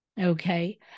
okay